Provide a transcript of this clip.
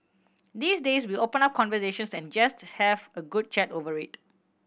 these days we open up conversations and just have a good chat over it